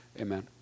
amen